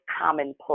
commonplace